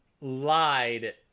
lied